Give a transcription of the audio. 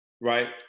right